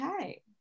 okay